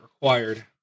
required